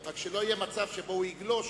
רק שלא יהיה מצב שבו הוא יגלוש,